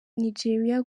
nijeriya